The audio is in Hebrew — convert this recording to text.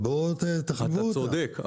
אתה צודק.